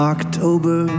October